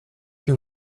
que